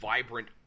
Vibrant